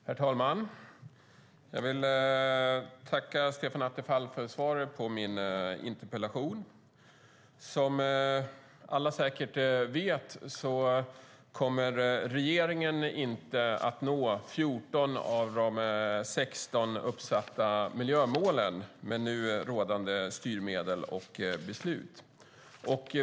Herr talman! Jag vill tacka Stefan Attefall för svaret på min interpellation. Som alla säkert vet kommer regeringen inte att nå 14 av de 16 uppsatta miljömålen med nu rådande styrmedel och beslut.